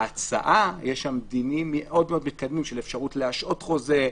בהצעה יש דינים מתקדמים מאוד של אפשרות להשעות חוזה.